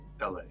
LA